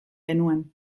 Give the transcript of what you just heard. genuen